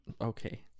Okay